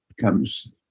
comes